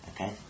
Okay